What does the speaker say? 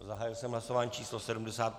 Zahájil jsem hlasování číslo 70.